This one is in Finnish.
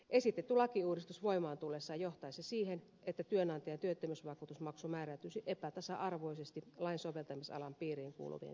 esitetty lakiuudistus voimaan tullessaan johtaisi siihen että työnantajan työttömyysvakuutusmaksu määräytyisi epätasa arvoisesti lain soveltamisalan piiriin kuuluvien työnantajien kesken